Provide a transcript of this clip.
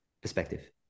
Perspective